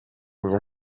μια